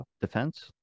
Defense